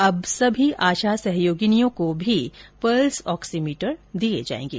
अब सभी आशा सहयोगिनियों को भी पल्स ऑक्सीमीटर दिए जाएंगे